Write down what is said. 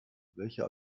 welche